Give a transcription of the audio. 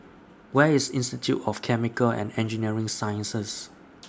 Where IS Institute of Chemical and Engineering Sciences